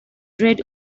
read